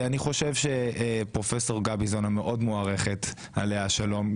אני חושב שפרופ' גביזון המאוד מוערכת עליה השלום,